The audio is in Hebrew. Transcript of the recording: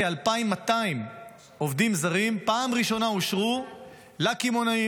כ-2,200 עובדים זרים בפעם הראשונה אושרו לקמעונאים,